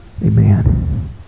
Amen